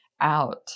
out